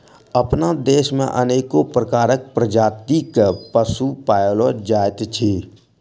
अपना देश मे अनेको प्रकारक प्रजातिक पशु पाओल जाइत अछि